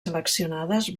seleccionades